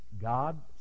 God